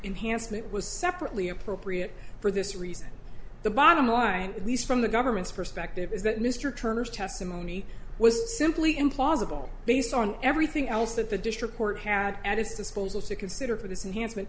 enhanced it was separately appropriate for this reason the bottom line at least from the government's perspective is that mr turner's testimony was simply implausible based on everything else that the district court had at its disposal to consider for this